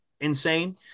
insane